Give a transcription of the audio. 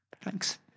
Thanks